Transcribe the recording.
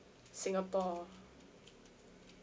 singapore